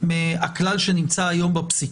וככל הנראה גם תזכה לתמיכה גדולה בבית.